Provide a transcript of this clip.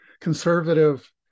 conservative